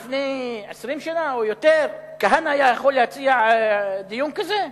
לפני 20 שנה או יותר כהנא היה יכול להציע דיון כזה?